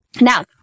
Now